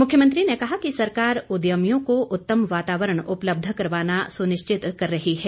मुख्यमंत्री ने कहा कि सरकार उद्यमियों को उत्तम वातावरण उपलब्ध करवाना सुनिश्चित कर रही है